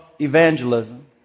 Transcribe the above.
evangelism